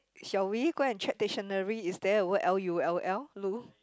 shall we go and check dictionary is there a word L U L L Lull